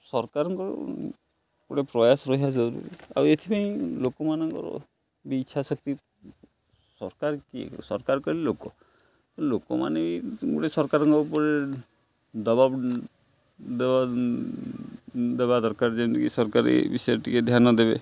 ସରକାରଙ୍କର ଗୋଟେ ପ୍ରୟାସ ରହିବା ଜରୁରୀ ଆଉ ଏଥିପାଇଁ ଲୋକମାନଙ୍କର ବି ଇଚ୍ଛା ଶକ୍ତି ସରକାର କିଏ ସରକାର କହିଲେ ଲୋକ ଲୋକମାନେ ଗୋଟେ ସରକାରଙ୍କ ଉପରେ ଦବା ଦେବା ଦେବା ଦରକାର ଯେମିତିକି ସରକାରୀ ବିଷୟରେ ଟିକେ ଧ୍ୟାନ ଦେବେ